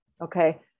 Okay